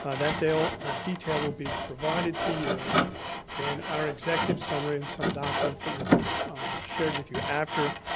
ah that detail detail will be provided to you in our executive summary and some documents that will be shared with you after,